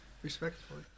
Respectfully